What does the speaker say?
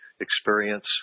experience